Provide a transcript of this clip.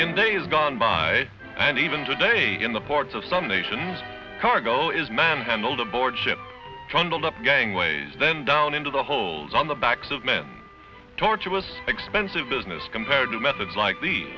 in days gone by and even today in the ports of some nations cargo is manhandled aboard ships trundled up gangways then down into the holes on the backs of men torturous expensive business compared to methods like